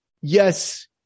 Yes